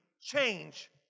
change